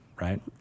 right